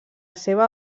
seva